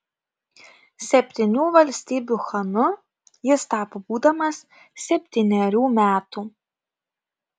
septynių valstybių chanu jis tapo būdamas septynerių metų